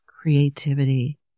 creativity